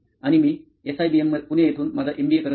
आणि मी एसआयबीएम पुणे येथून माझा एमबीए करत आहे